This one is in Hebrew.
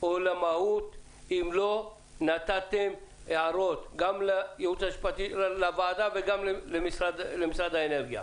או למהות אם לא נתתם הערות גם לוועדה וגם למשרד האנרגיה.